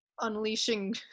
unleashing